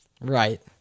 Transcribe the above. Right